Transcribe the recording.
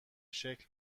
شکل